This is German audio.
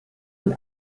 und